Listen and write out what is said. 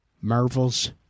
Marvel's